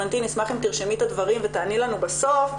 נשמח אם תרשמי את הדברים ותעני לנו בסוף.